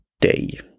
Day